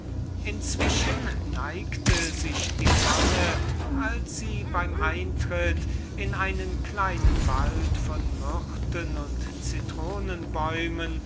inzwischen neigte sich die sonne als sie beim eintritt in einen kleinen wald von myrten und